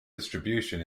distribution